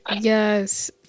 Yes